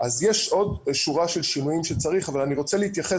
יש עוד שורה של שינויים שצריך לעשות אבל אני רוצה להתייחס